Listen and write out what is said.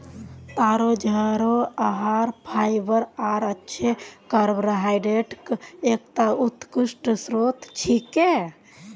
तारो जड़ आहार फाइबर आर अच्छे कार्बोहाइड्रेटक एकता उत्कृष्ट स्रोत छिके